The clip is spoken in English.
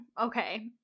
Okay